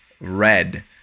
red